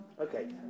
Okay